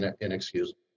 inexcusable